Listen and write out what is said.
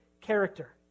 character